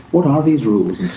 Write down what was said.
what are these rules